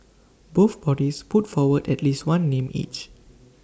both bodies put forward at least one name each